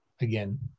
again